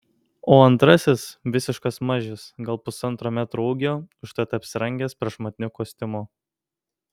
o antrasis visiškas mažius gal pusantro metro ūgio užtat apsirengęs prašmatniu kostiumu